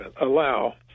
allow